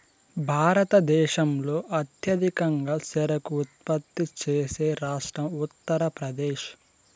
భారతదేశంలో అత్యధికంగా చెరకు ఉత్పత్తి చేసే రాష్ట్రం ఉత్తరప్రదేశ్